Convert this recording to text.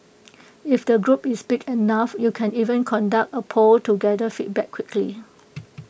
if the group is big enough you can even conduct A poll to gather feedback quickly